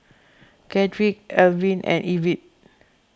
Chadrick Elwyn and Ivette